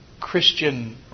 Christian